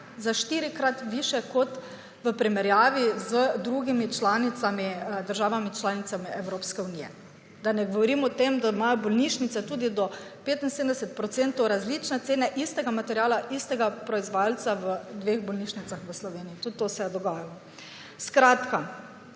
za štirikrat višje, kot v primerjavi z drugimi članicami, državami članicami Evropske unije. Da ne govorim o tem, da imajo bolnišnice tudi do 75 procentov različne cene istega materiala istega proizvajalca v dveh bolnišnicah v Sloveniji. Tudi to se je dogajalo. Skratka,